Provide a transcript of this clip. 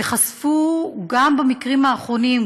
שחשפו גם במקרים האחרונים,